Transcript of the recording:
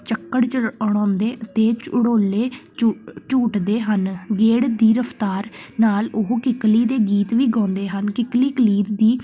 ਚੱਕਰ ਚੜਾਉਂਦੇ ਅਤੇ ਉੜੋਲੇ ਝੂ ਝੂਟਦੇ ਹਨ ਗੇੜ ਦੀ ਰਫ਼ਤਾਰ ਨਾਲ ਉਹ ਕਿੱਕਲੀ ਦੇ ਗੀਤ ਵੀ ਗਾਉਂਦੇ ਹਨ ਕਿੱਕਲੀ ਕਲੀਰ ਦੀ